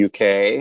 UK